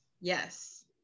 yes